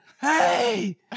hey